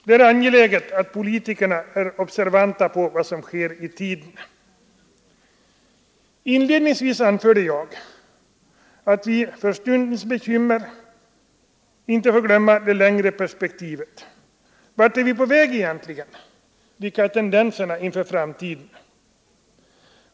Det är angeläget att politikerna är observanta på vad som sker i tiden. Inledningsvis anförde jag att vi för stundens bekymmer inte får glömma det längre perspektivet. Vart är vi på väg egentligen? Vilka är tendenserna inför framtiden?